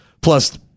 plus